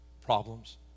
problems